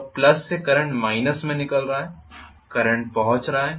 तो प्लस से current minus में निकल रहा है करंट पहुंच रहा है